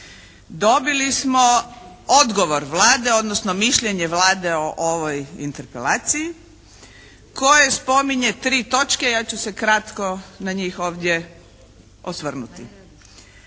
Dobili smo odgovor Vlade, odnosno mišljenje Vlade o ovoj Interpelaciji u kojoj spominje tri točke, ja ću se kratko na njih ovdje osvrnuti.